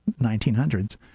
1900s